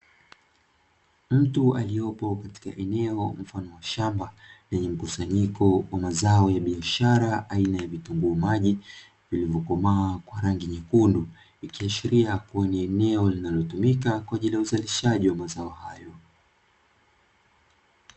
Mtu aliopo katika eneo mfano wa shamba lenye mkusanyiko wa mazao ya biashara aina ya vitunguu maji vilivyokomaa kwa rangi nyekundu, ikiashiria kuwa ni eneo linalotumika kwa ajili ya uzalishaji wa mazao hayo.